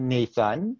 Nathan